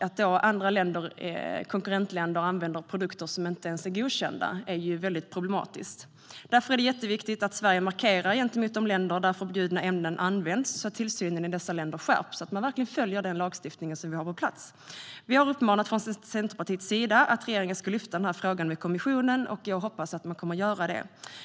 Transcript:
Att man då i andra konkurrentländer använder produkter som inte ens är godkända är mycket problematiskt. Därför är det mycket viktigt att Sverige markerar gentemot de länder där förbjudna ämnen används, så att tillsynen i dessa länder skärps och så att man verkligen följer den lagstiftning som finns på plats. Från Centerpartiet har vi uppmanat regeringen att lyfta fram denna fråga i kommissionen, och jag hoppas att man kommer att göra det.